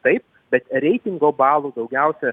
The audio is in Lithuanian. taip bet reitingo balų daugiausia